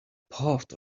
part